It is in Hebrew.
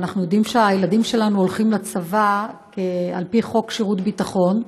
אנחנו יודעים שהילדים שלנו הולכים לצבא על פי חוק שירות ביטחון.